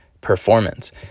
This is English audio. performance